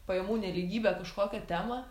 pajamų nelygybę kažkokią temą